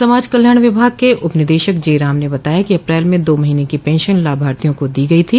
समाज कल्याण विभाग के उपनिदेश जे राम ने बताया कि अप्रैल में दो महीने की पेंशन लाभार्थियों को दी गयी थी